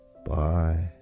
Bye